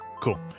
cool